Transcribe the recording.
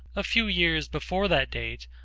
a few years before that date,